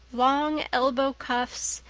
long elbow cuffs,